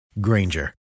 Granger